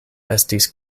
estis